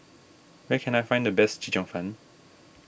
where can I find the best Chee Cheong Fun